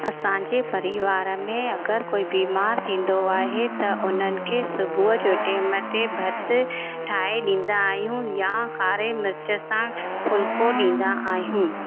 असांजे परिवार में अगरि कोई बीमार थींदो आहे त उन्हनि खे सुबुह जो टाइम ते भत ठाहे ॾींदा आहियूं या कारे मिर्च सां फुल्को ॾींदा आहियूं